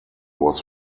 was